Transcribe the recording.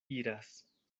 iras